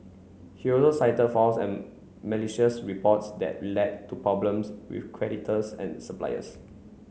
he also cited false and malicious reports that led to problems with creditors and suppliers